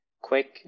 quick